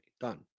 done